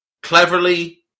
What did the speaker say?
Cleverly